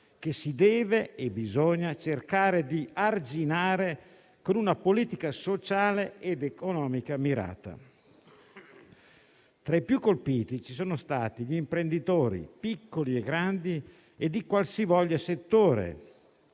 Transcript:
arginare - bisogna farlo - con una politica sociale ed economica mirata. Tra i più colpiti ci sono stati gli imprenditori, piccoli e grandi, di qualsivoglia settore.